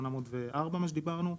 804 מה שדיברנו,